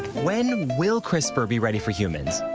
when will crispr be ready for humans?